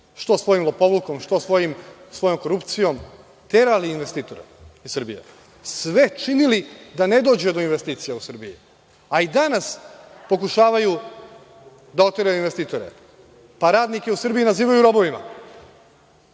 što svojim lopovlukom, što svojom korupcijom, terali investitore iz Srbije, sve činili da ne dođe do investicija u Srbiji. A i danas pokušavaju da oteraju investitore, pa radnike u Srbiji nazivaju robovima. Je